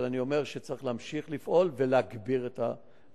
אבל אני אומר שצריך להמשיך לפעול ולהגביר את הפעילות.